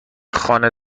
خانه